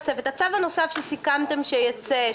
הצו הנוסף שסיכמתם שייצא,